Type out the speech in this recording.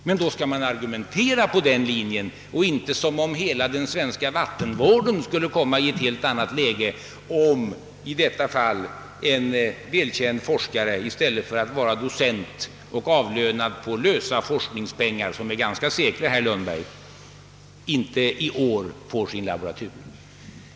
Men då skall man argumentera på den linjen och inte som om hela den svenska vattenvården skulle komma i ett annat läge, därest i detta fall en välkänd forskare i stället för att vara docent och avlönad på lösa forskningspengar — som är ganska säkra, herr Lundberg — inte i år får sin laboratur.